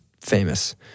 famous